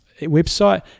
website